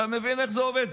אתם מבינים איך זה עובד?